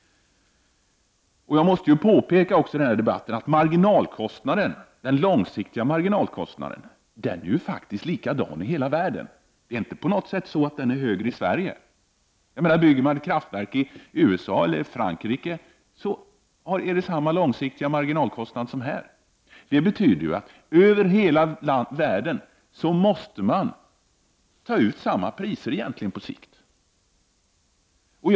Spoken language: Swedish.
Jag måste påpeka att den långsiktiga marginalkostnaden faktiskt ligger på samma nivå i hela världen. Det är inte på något sätt så att den är högre i Sverige. Bygger man ett kraftverk i USA eller i Frankrike är de långsiktiga marginalkostnaderna desamma som här. Det betyder att man på sikt egentligen måste ta ut samma priser över hela världen.